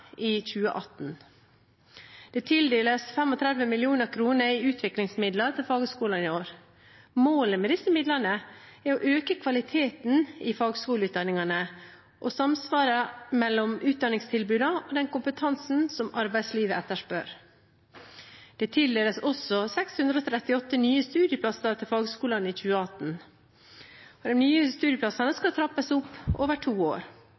i 2018. Det tildeles 35 mill. kr i utviklingsmidler til fagskolene i år. Målet med disse midlene er å øke kvaliteten i fagskoleutdanningene og samsvaret mellom utdanningstilbudene og den kompetansen som arbeidslivet etterspør. Det tildeles også 638 nye studieplasser til fagskolene i 2018. De nye studieplassene skal trappes opp over to år.